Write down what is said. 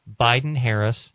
Biden-Harris